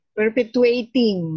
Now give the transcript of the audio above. perpetuating